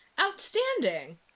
outstanding